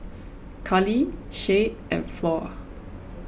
Carli Shay and Flor